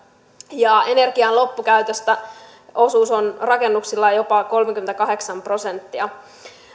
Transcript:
ja energian loppukäytöstä on rakennuksilla jopa kolmekymmentäkahdeksan prosenttia